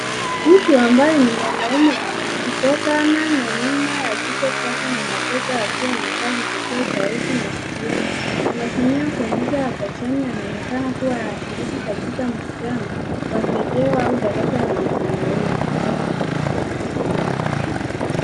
Mtu ambaye ni mwanaume kutokana na nyuma ya kichwa chake na mabega akiwa amevaa vipokea sauti masikioni. Anatumia kompyuta ya pajani anaonekana kuwa anashiriki katika mkutano wa video au darasa la mtandaoni.